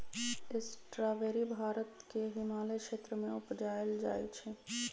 strawberry Bharat के हिमालय क्षेत्र में उपजायल जाइ छइ